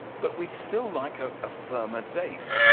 but we'd still like a ah firmer date.